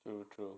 true true